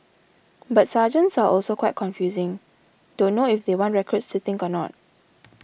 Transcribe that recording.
but sergeants are also quite confusing don't know if they want recruits to think or not